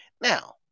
Now